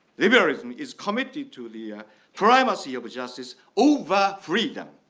liberation is committed to the ah primacy of justice over freedom.